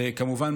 כמובן,